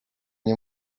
nie